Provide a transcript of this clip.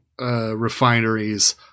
refineries